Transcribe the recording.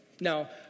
Now